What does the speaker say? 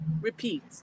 repeat